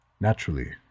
Naturally